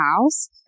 house